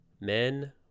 Men